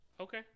okay